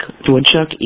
woodchuck